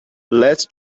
let’s